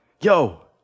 Yo